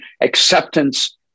acceptance